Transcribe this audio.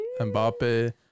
Mbappe